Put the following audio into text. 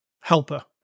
helper